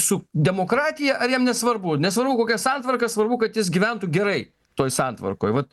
su demokratija ar jam nesvarbu nesvarbu kokia santvarka svarbu kad jis gyventų gerai toj santvarkoj vat